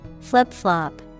Flip-flop